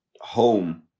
home